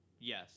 Yes